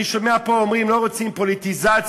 אני שומע שאומרים פה: לא רוצים פוליטיזציה.